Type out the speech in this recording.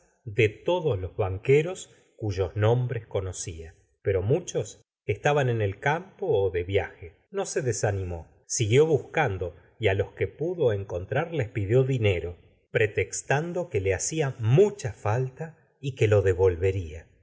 de todos los banqueros cuyos nombres conocía pero muchos estaban en el campo ó de viaje no se desanimó siguió buscando y á los que pudo encontrar les pidió di nero pretextando que le hacia mueha falta y que lo devolvería